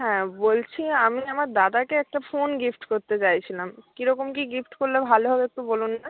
হ্যাঁ বলছি আমি আমার দাদাকে একটা ফোন গিফট করতে চাইছিলাম কীরকম কী গিফট করলে ভালো হবে একটু বলুন না